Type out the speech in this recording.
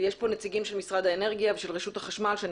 יש פה נציגים של משרד האנרגיה ושל רשות החשמל שאני